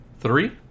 three